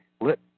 let